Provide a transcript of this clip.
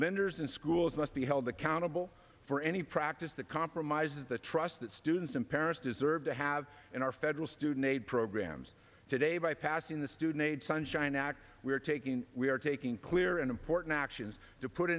lenders and schools must be held accountable for any practice that compromises the trust that students and parents deserve to have in our federal student aid programs today by passing the student aid sunshine act we are taking we are taking clear and important actions to put